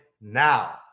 now